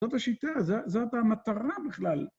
זאת השיטה, זאת המטרה בכלל.